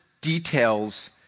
details